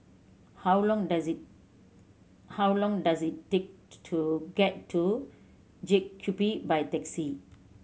how long does it how long does it take to get to JCube by taxi